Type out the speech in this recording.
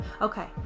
okay